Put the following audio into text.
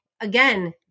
again